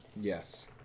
Yes